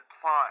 plot